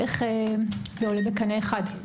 איך זה עולה בקנה אחד?